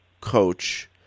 coach